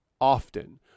often